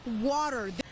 water